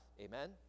amen